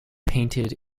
painted